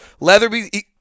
leatherby